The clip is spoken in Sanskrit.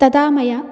तदा मया